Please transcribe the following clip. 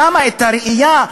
שם הראייה,